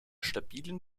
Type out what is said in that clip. stabilen